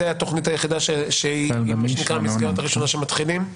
התכנית היחידה שהיא --- במסגרת הראשונה שבה מתחילים?